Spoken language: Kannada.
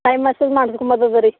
ತೈ ಮಸಾಜ್ ಮಾಡ್ಸ್ಕೊಳ್ಬೋದಾ ರೀ